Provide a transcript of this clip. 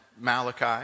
Malachi